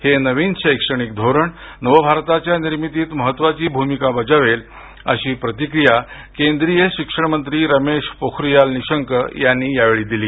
हे नवीन शैक्षणिक धोरण नव भारताच्या निर्मितीत महत्त्वाची भूमिका बजावेल अशी प्रतिक्रिया केंद्रीय शिक्षण मंत्री रमेश पोखारीयाल निशंक यांनी यावेळी दिली